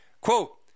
Quote